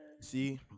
See